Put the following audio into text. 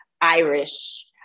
Irish